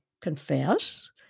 confess